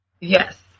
Yes